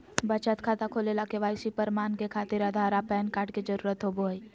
बचत खाता खोले ला के.वाइ.सी प्रमाण के खातिर आधार आ पैन कार्ड के जरुरत होबो हइ